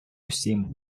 усім